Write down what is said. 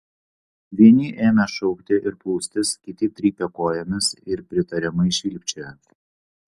vieni ėmė šaukti ir plūstis kiti trypė kojomis ir pritariamai švilpčiojo